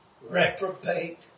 reprobate